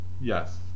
Yes